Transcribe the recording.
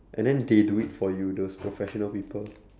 and then they do it for you those professional people